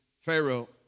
Pharaoh